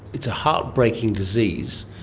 it's a heartbreaking disease,